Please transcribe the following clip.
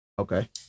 Okay